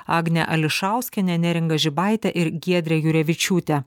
agne ališauskiene neringa žibaite ir giedre jurevičiūte